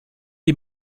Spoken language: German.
die